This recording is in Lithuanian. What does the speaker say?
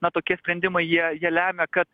na tokie sprendimai jie jie lemia kad